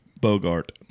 Bogart